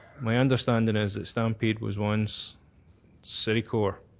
my understanding is that stampede was once city core.